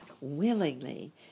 Willingly